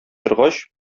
торгач